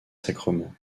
sacrements